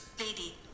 lady